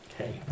Okay